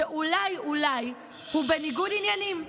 שאולי אולי הוא בניגוד עניינים.